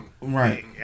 Right